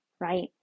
right